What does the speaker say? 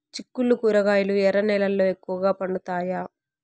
చిక్కుళ్లు కూరగాయలు ఎర్ర నేలల్లో ఎక్కువగా పండుతాయా